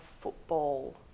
football